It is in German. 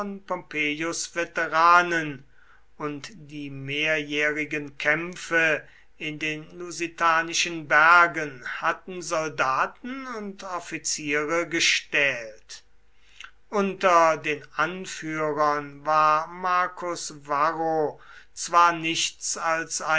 veteranen und die mehrjährigen kämpfe in den lusitanischen bergen hatten soldaten und offiziere gestählt unter den anführern war marcus varro zwar nichts als